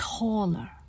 taller